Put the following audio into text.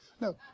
No